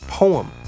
poem